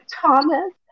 Thomas